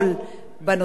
בנושא הזה.